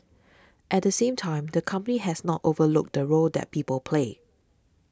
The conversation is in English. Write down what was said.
at the same time the company has not overlooked the role that people play